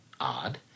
Odd